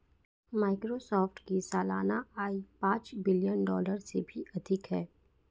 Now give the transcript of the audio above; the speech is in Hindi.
माइक्रोसॉफ्ट की सालाना आय पांच बिलियन डॉलर से भी अधिक है